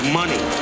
money